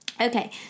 Okay